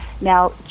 Now